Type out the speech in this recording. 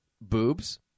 boobs